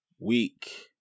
week